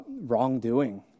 wrongdoing